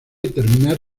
determinar